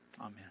Amen